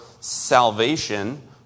salvation